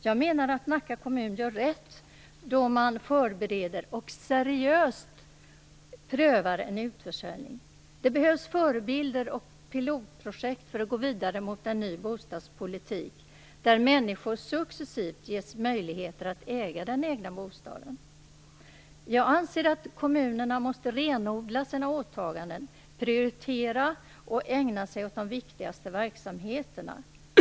Jag menar att Nacka kommun gör rätt då man förbereder och seriöst prövar en utförsäljning. Det behövs förebilder och pilotprojekt för att gå vidare mot en ny bostadspolitik där människor successivt ges möjligheter att äga den egna bostaden. Jag anser att kommunerna måste renodla sina åtaganden, prioritera och ägna sig åt de viktigaste verksamheterna.